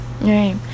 right